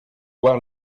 voir